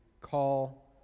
call